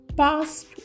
Past